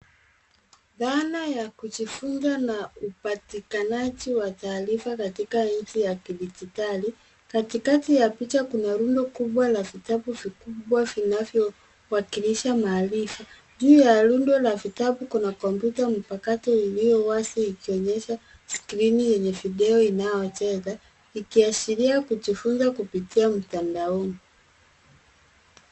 Zana ya kuchunguza na kupata taarifa za kitaaluma katika maktaba ya hospitali. Kati ya picha kuna rundo kubwa la vitabu vikubwa vinavyoonyesha maarifa. Juu ya rundo la vitabu kuna kompyuta mpakato iliyowashwa, ikionyesha kwenye skrini nyaraka na maandiko. Hii inaashiria utafiti kupitia mtandaoni.